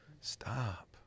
Stop